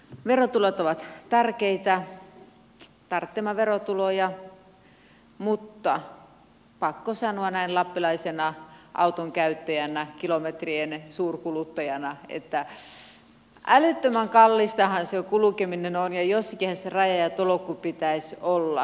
verotulot ovat tärkeitä tarvitsemme verotuloja mutta pakko sanoa näin lappilaisena auton käyttäjänä kilometrien suurkuluttajana että älyttömän kallistahan se kulkeminen on ja jossakinhan sen rajan ja tolkun pitäisi olla